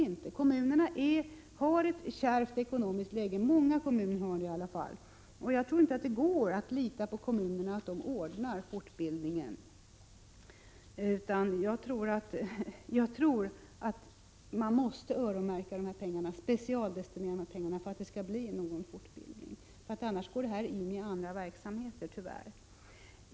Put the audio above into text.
Många kommuner har ett kärvt ekonomiskt läge, och jag tror inte att man kan lita på att kommunerna ordnar denna fortbildning. Man måste öronmärka, specialdestinera, dessa pengar för att det skall bli någon fortbildning. Annars går pengarna tyvärr in i andra verksamheter.